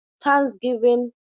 thanksgiving